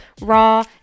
raw